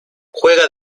juega